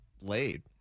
laid